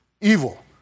evil